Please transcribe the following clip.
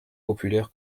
populaire